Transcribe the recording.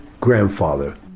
grandfather